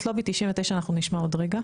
את לובי 99 אנחנו נשמע עוד רגע.